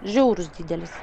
žiaurus didelis